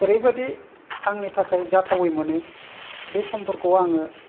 ओरैबादि आंनि थाखाय जाथावै मोनो बे समफोरखौ आङो